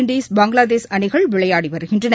Indies Bangladesh அணிகள் விளையாடி வருகின்றன